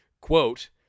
quote